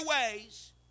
ways